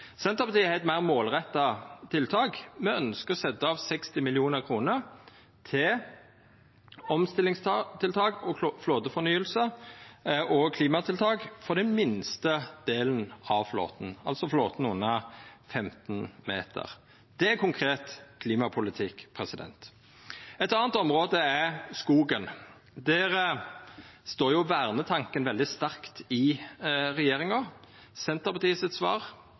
Senterpartiet har eit meir målretta tiltak. Me ønskjer å setja av 60 mill. kr til omstillingstiltak og flåtefornying og klimatiltak for den minste delen av flåten, altså flåten under 15 meter. Det er konkret klimapolitikk. Eit anna område er skogen. Der står vernetanken veldig sterkt i regjeringa. Svaret frå Senterpartiet